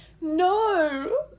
No